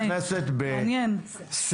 טלי נכנסת בסערה.